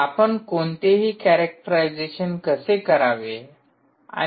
आपण कोणतेही कॅरॅक्टराईजशन कसे करावे